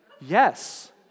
yes